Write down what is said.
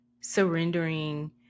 Surrendering